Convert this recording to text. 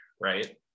right